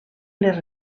les